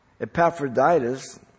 Epaphroditus